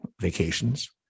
vacations